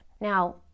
Now